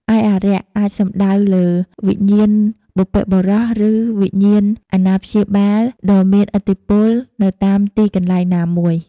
ឯ "អារក្ស" អាចសំដៅលើវិញ្ញាណបុព្វបុរស ឬវិញ្ញាណអាណាព្យាបាលដ៏មានឥទ្ធិពលនៅតាមទីកន្លែងណាមួយ។